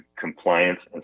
compliance